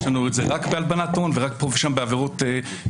יש לנו את זה רק בהלבנת הון ורק פה ושם בעבירות מסוימות